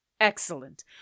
Excellent